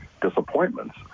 disappointments